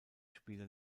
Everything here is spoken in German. spieler